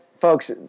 folks